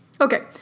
Okay